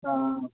ಹಾಂ ಹಾಂ